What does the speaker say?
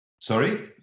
sorry